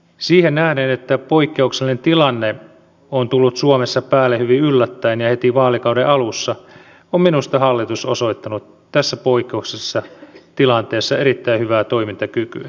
siihen nähden että poikkeuksellinen tilanne on tullut suomessa päälle hyvin yllättäen ja heti vaalikauden alussa on minusta hallitus osoittanut tässä poikkeuksellisessa tilanteessa erittäin hyvää toimintakykyä